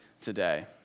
today